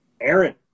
Aaron